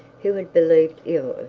who had believed ill